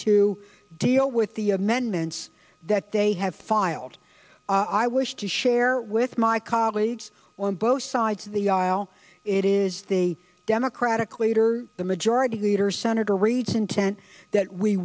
to deal with the amendments that they have filed i wish to share with my colleagues on both sides of the aisle it is the democratic leader the majority leader senator reid's intent that we